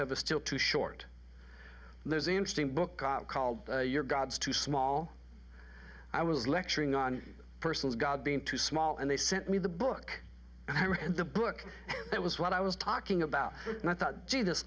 a still too short there's an interesting book called your gods too small i was lecturing on persons god being too small and they sent me the book and i read the book it was what i was talking about and i thought gee this